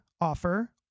offer